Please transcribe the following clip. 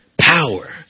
power